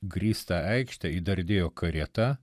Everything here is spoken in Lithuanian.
grįstą aikštę įdardėjo karieta